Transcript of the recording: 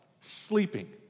Sleeping